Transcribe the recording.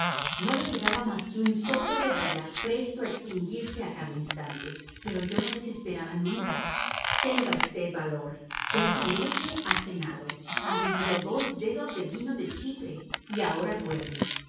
no le quedaba más que un soplo de vida presto a extinguirse a cada instante pero yo no desesperaba nunca tenga usted valor esta noche ha cenado ha bebido dos dedos de vino de chipre y ahora duerme